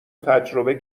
تجربه